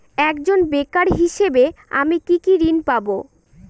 একজন বেকার হিসেবে আমি কি কি ঋণ পাব?